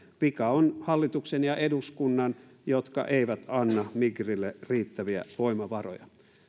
vika on hallituksen ja eduskunnan jotka eivät anna migrille riittäviä voimavaroja